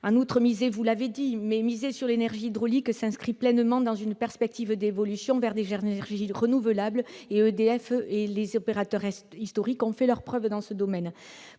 En outre, vous l'avez dit, miser sur l'énergie hydraulique s'inscrit pleinement dans une perspective d'évolution vers les énergies renouvelables. EDF et les opérateurs historiques ont fait leurs preuves dans ce domaine.